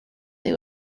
they